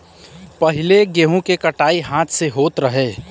पहिले गेंहू के कटाई हाथे से होत रहे